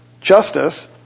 justice